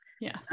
Yes